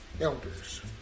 Elders